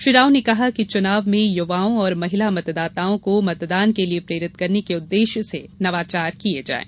श्री राव ने कहा कि चुनाव में युवाओं और महिला मतदाताओं को मतदान के लिये प्रेरित करने के उद्वेश्य से नवाचार किये जायें